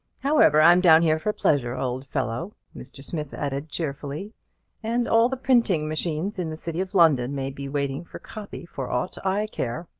however, i'm down here for pleasure, old fellow, mr. smith added, cheerfully and all the printing-machines in the city of london may be waiting for copy for aught i care.